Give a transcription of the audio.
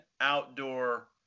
outdoor